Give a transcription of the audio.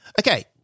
Okay